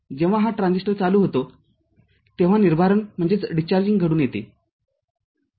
जेव्हा हा ट्रान्झिस्टरचालू होतो तेव्हा निर्भारनघडून येते